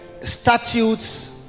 statutes